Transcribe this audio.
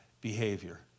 behavior